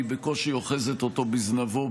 היא בקושי אוחזת אותו בזנבו,